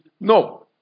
No